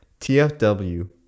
TFW